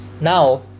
Now